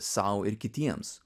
sau ir kitiems